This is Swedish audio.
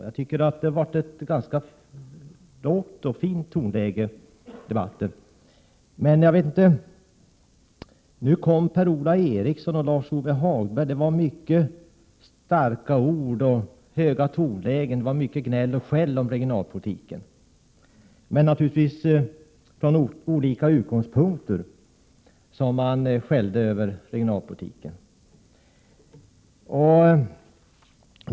Det har varit ett lågt tonläge i debatten. Men nu kom Per-Ola Eriksson och Lars-Ove Hagberg med mycket starka ord och högt tonläge, med gnäll och skäll om regionalpolitiken. Det var naturligtvis från olika utgångspunkter som man skällde på den regionalpolitik som förs.